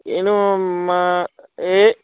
ਇਹਨੂੰ ਮ ਇਹ